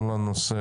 נושא